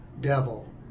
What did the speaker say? devil